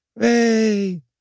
Hey